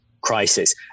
crisis